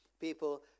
people